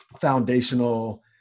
foundational